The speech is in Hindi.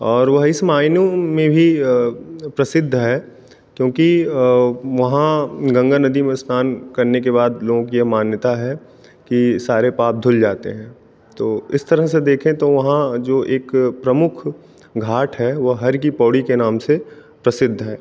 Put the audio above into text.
और वह इस मायनों में भी प्रसिद्ध है क्योंकी वहां गंगा नदी में स्नान करने के बाद लोगों की ये मान्यता है कि सारे पाप धुल जाते हैं तो इस तरह से देखें तो वहाँ जो एक प्रमुख घाट है वो हर की पौड़ी के नाम से प्रसिद्ध है